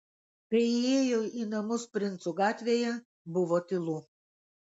kai įėjo į namus princų gatvėje buvo tylu